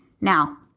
Now